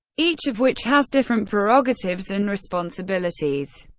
each of which has different prerogatives and responsibilities.